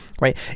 Right